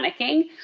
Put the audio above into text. panicking